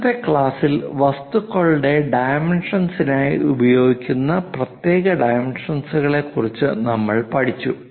ഇന്നത്തെ ക്ലാസ്സിൽ വസ്തുക്കളുടെ ഡൈമെൻഷൻസിനായി ഉപയോഗിക്കുന്ന പ്രത്യേക ഡൈമെൻഷനുകളെക്കുറിച്ച് നമ്മൾ പഠിച്ചു